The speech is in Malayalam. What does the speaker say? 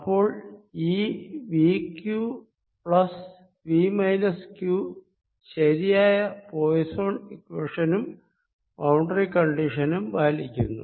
അപ്പോൾ ഈ V q plus V minus q ശരിയായ പോയിസ്സോൻ ഇക്വേഷനും ബൌണ്ടറി കണ്ടിഷനും പാലിക്കുന്നു